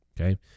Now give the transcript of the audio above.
Okay